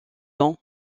ans